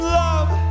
love